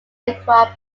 aircraft